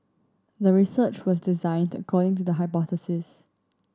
the research was designed according to the hypothesis